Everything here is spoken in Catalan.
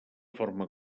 forma